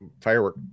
firework